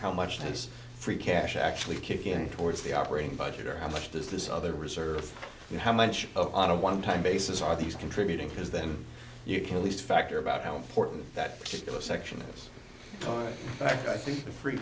how much this free cash actually kicking towards the operating budget or how much does this other research you how much of on a one time basis are these contributing because then you can at least factor about how important that particular section but i think the free